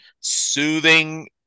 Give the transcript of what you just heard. soothing